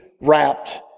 wrapped